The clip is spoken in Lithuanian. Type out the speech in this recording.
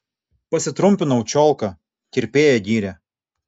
pasitrumpinau čiolką kirpėja gyrė